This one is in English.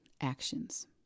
actions